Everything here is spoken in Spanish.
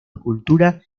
escultura